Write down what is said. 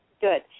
good